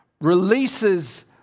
releases